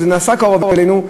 שזה נעשה קרוב אלינו,